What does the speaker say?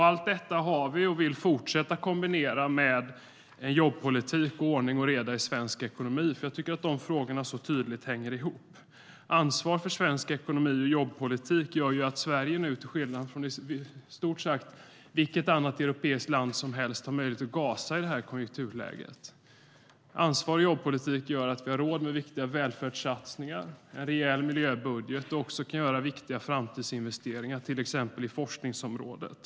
Allt detta vill vi fortsätta kombinera med jobbpolitik och ordning och reda i svensk ekonomi eftersom dessa frågor så tydligt hänger ihop. Att vi tar ansvar för svensk ekonomi och jobbpolitik gör att Sverige, till skillnad från i stort sett varje annat europeiskt land, kan gasa i detta konjunkturläge. Vi har råd med viktiga välfärdssatsningar och en rejäl miljöbudget. Vi kan också göra viktiga framtidsinvesteringar, till exempel på forskningsområdet.